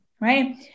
right